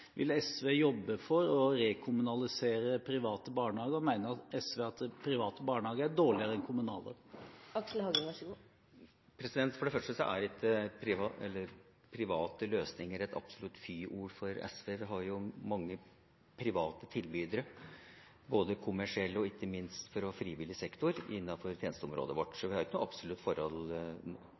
Vil SV jobbe for å rekommunalisere private barnehager, og mener SV at private barnehager er dårligere enn kommunale? For det første er ikke private løsninger et absolutt fyord for SV. Vi har mange private tilbydere, både kommersielle og ikke minst fra frivillig sektor, innenfor tjenesteområdet vårt. Så vi har ikke noe absolutt negativt forhold